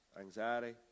anxiety